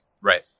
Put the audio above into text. right